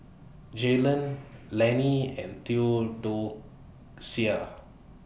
Jaylon Lanny and Theodocia